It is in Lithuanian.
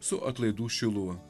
su atlaidų šiluva